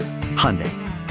Hyundai